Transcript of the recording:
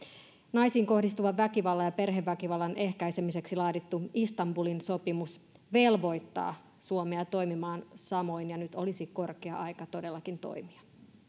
naisiin kohdistuvan väkivallan ja perheväkivallan ehkäisemiseksi laadittu istanbulin sopimus velvoittaa suomea toimimaan samoin ja nyt olisi korkea aika todellakin toimia